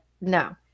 no